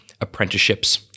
apprenticeships